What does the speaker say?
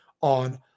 on